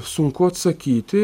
sunku atsakyti